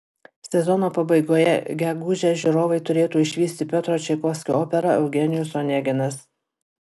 sezono pabaigoje gegužę žiūrovai turėtų išvysti piotro čaikovskio operą eugenijus oneginas